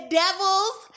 devil's